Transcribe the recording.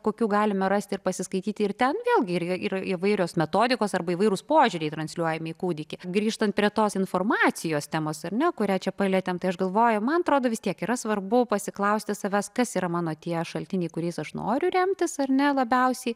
kokių galime rasti ir pasiskaityti ir ten vėlgi yra yra įvairios metodikos arba įvairūs požiūriai transliuojami į kūdikį grįžtant prie tos informacijos temos ar ne kurią čia palietėm tai aš galvoju man atrodo vis tiek yra svarbu pasiklausti savęs kas yra mano tie šaltiniai kuriais aš noriu remtis ar ne labiausiai